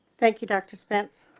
thank you, doctor. spence